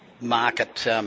market